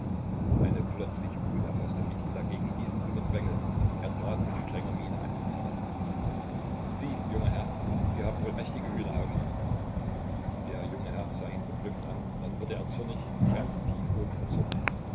eine plötzliche wut erfaßte mikita gegen diesen dummen bengel er trat mit strenger miene an ihn heran sie junger herr sie haben wohl mächtige hühneraugen der junge herr sah ihn verblüfft an dann wurde er zornig ganz tiefrot vor zorn